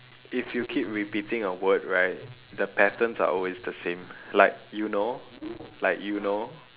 if you keep repeating a word right the patterns are always the same like you know like you know